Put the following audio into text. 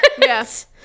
Yes